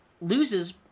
loses